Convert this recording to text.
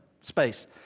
space